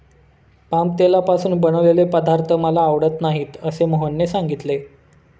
palm तेलापासून बनवलेले पदार्थ मला आवडत नाहीत असे मोहनने सांगितले